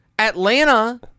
Atlanta